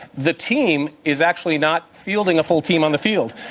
the team is actually not fielding a full team on the field.